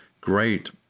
great